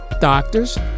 Doctors